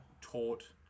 taught